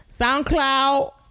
SoundCloud-